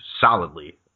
solidly